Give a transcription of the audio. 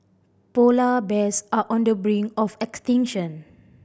polar bears are on the brink of extinction